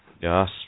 Yes